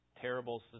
terrible